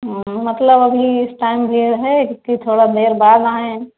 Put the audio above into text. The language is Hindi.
हाँ मतलब अभी इस टाइम भीड़ है कि थोड़ी देर बाद आऍं